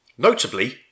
Notably